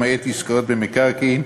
למעט עסקאות במקרקעין,